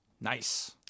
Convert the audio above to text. Nice